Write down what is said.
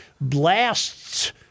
blasts